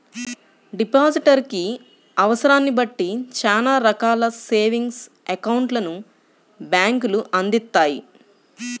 depositor కి అవసరాన్ని బట్టి చానా రకాల సేవింగ్స్ అకౌంట్లను బ్యేంకులు అందిత్తాయి